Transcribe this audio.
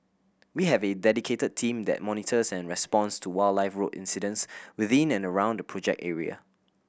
we have a dedicated team that monitors and responds to wildlife road incidents within and around the project area